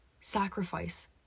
Sacrifice